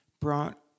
brought